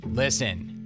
Listen